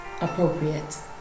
appropriate